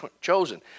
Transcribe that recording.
chosen